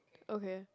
okay